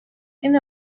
and